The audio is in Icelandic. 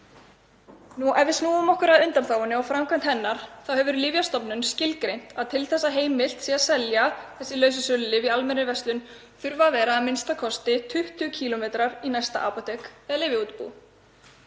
Ef við snúum okkur að undanþágunni og framkvæmd hennar hefur Lyfjastofnun skilgreint að til þess að heimilt sé að selja þessi lausasölulyf í almennri verslun þurfi að vera a.m.k. 20 km í næsta apótek eða lyfjaútibú.